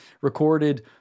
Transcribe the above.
recorded